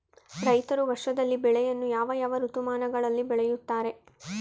ರೈತರು ವರ್ಷದಲ್ಲಿ ಬೆಳೆಯನ್ನು ಯಾವ ಯಾವ ಋತುಮಾನಗಳಲ್ಲಿ ಬೆಳೆಯುತ್ತಾರೆ?